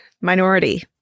minority